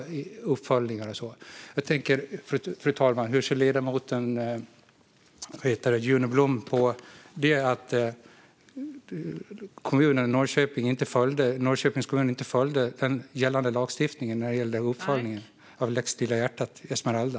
Hur ser ledamoten Juno Blom på att Norrköpings kommun inte följde gällande lagstiftning när det gällde uppföljning av lex Lilla hjärtat, Esmeralda?